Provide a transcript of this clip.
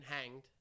hanged